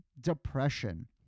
depression